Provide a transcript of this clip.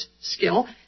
skill